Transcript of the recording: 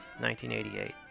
1988